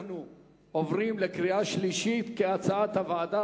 אנחנו עוברים לקריאה השלישית כהצעת הוועדה.